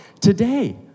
today